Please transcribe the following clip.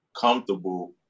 comfortable